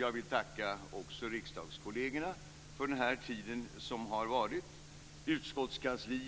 Jag vill också tacka riksdagskollegerna för den tid som har varit liksom självfallet